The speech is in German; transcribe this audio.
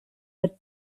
mit